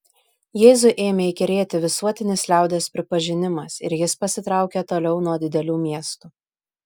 jėzui ėmė įkyrėti visuotinis liaudies pripažinimas ir jis pasitraukė toliau nuo didelių miestų